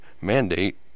mandate